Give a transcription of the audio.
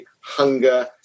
hunger